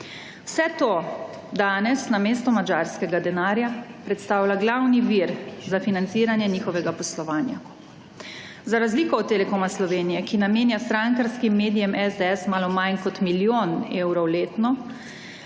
Vse to danes namesto madžarskega denarja predstavlja glavni vir za financiranje njihovega poslovanja. Za razliko od Telekoma Slovenije, ki namenja strankarskim medijem SDS malo manj kot milijon evrov letno,